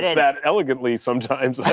that elegantly sometimes.